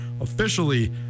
officially